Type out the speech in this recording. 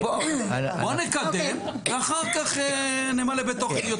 בוא נקדם ואחר כך נמלא בתוכן,